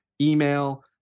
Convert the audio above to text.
email